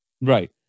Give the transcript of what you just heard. Right